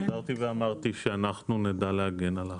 חזרתי ואמרתי שאנחנו נדע להגן על ההחלטות.